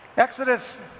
Exodus